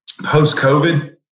Post-COVID